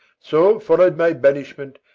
so follow'd my banishment,